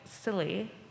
silly